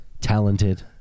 talented